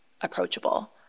approachable